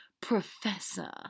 Professor